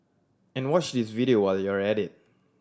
and watch this video while you're at it